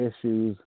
issues